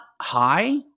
high